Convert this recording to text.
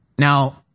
Now